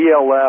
ELF